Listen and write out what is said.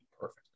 Perfect